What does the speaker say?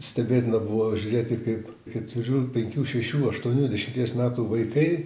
stebėtina buvo žiūrėti kaip keturių penkių šešių aštuonių dešimties metų vaikai